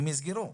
הם ייסגרו.